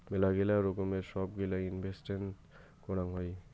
মেলাগিলা রকমের সব গিলা ইনভেস্টেন্ট করাং হই